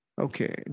Okay